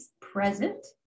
present